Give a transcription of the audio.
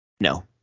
No